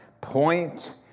point